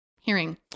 hearing